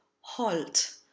Halt